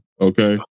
okay